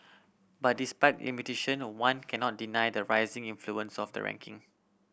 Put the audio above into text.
but despite limitation the one cannot deny the rising influence of the ranking